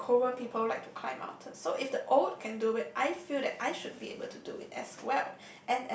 old Korean like to climb mountains so if the old can do it I feel that I should be able to do it as well